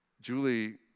Julie